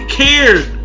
cared